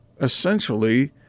essentially